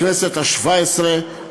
הכנסת השבע-עשרה,